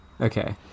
Okay